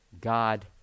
God